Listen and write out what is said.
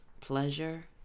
Pleasure